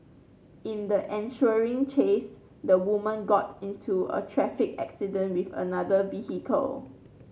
in the ensuing chase the woman got into a traffic accident with another vehicle